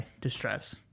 distress